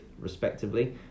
respectively